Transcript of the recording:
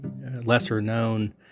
lesser-known